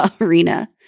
arena